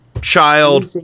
child